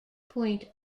point